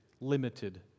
limited